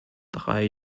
drei